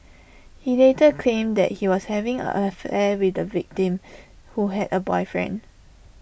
he later claimed that he was having an affair with the victim who had A boyfriend